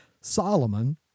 Solomon